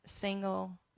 single